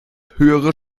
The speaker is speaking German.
höhere